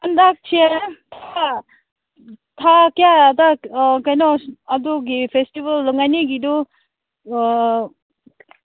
ꯍꯟꯗꯛꯁꯦ ꯊꯥ ꯀꯌꯥꯗ ꯀꯩꯅꯣ ꯑꯗꯨꯒꯤ ꯐꯦꯁꯇꯤꯚꯦꯜ ꯂꯨꯏꯉꯥꯏꯅꯤꯒꯤꯗꯨ